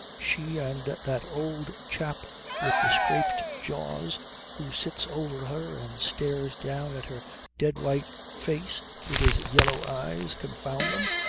she and that old chap with the scraped jaws who sits over her and stares down at her dead-white face with his yellow eyes confound them!